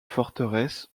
forteresse